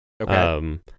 Okay